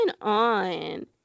on